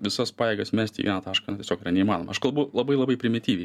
visas pajėgas mesti į vieną tašką tiesiog yra neįmanoma aš kalbu labai labai primityviai